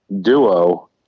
duo